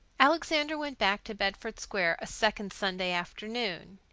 alexander went back to bedford square a second sunday afternoon.